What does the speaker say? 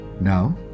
now